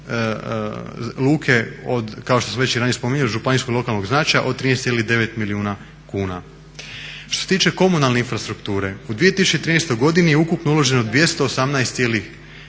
luke od kao što sam već ranije spominjao županijskog i lokalnog značaja od 13,9 milijuna kuna. Što se tiče komunalne infrastrukture, u 2013. godini je ukupno uloženo 218,2